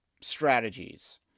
strategies